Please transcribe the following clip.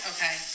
Okay